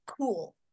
cool